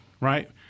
right